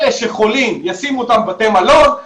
אלה שחולים ישימו אותם בבתי מלון,